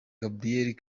gabriel